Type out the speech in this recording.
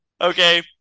Okay